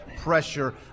pressure